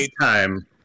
time